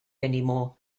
anymore